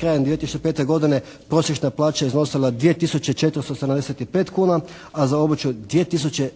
krajem 2005. godine prosječna plaća je iznosila 2 tisuće 475 kuna a za obuću 2 tisuće